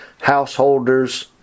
householders